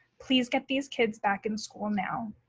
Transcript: please get these kids back in school now.